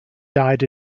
died